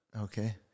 Okay